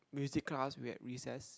music class we had recess